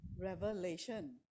revelation